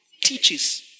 Teaches